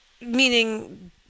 meaning